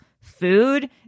food